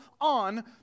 on